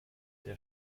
der